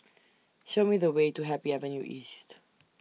Show Me The Way to Happy Avenue East